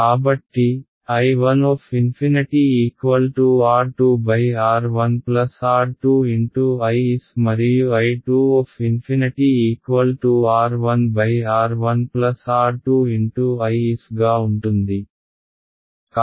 కాబట్టి I 1∞ R 2 R 1 R 2 × I s మరియు I 2∞ R 1 R 1 R 2 × I s గా ఉంటుంది